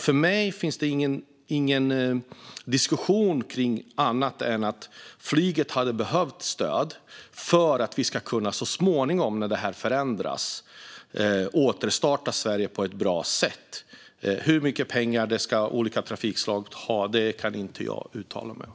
För mig är det ingen diskussion och inte tal om annat än att flyget behöver stöd för att vi så småningom, när det här förändras, ska kunna återstarta Sverige på ett bra sätt. Hur mycket pengar olika trafikslag ska ha kan inte jag uttala mig om.